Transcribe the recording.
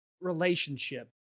relationship